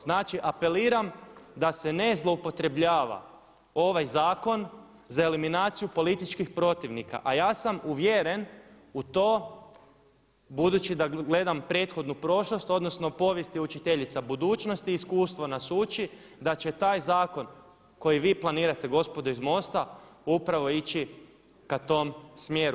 Znači apeliram da se ne zloupotrebljava ovaj zakon za eliminaciju političkih protivnika, a ja sam uvjeren u to budući da gledam prethodnu prošlost odnosno povijest je učiteljica budućnosti, iskustvo nas uči da će taj zakon koji vi planirate gospodo iz MOST-a upravo ići k tom smjeru.